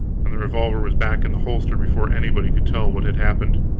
and the revolver was back in the holster before anybody could tell what had happened.